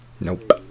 Nope